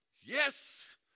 Yes